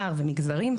ומגזרים.